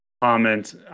comment